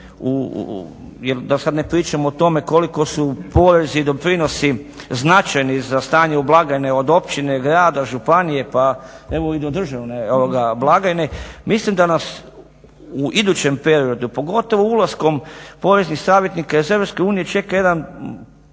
da sad ne pričam o tome koliko su porezi i doprinosi značajni za stanje blagajne od općine, grada, županije pa evo i do državne blagajne, mislim da nas u idućem periodu, pogotovo ulaskom poreznih savjetnika iz Europske unije čeka jedan,